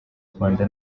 rwanda